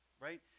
right